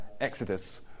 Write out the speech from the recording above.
exodus